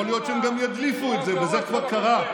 יכול להיות שהם גם ידליפו את זה, וזה כבר קרה.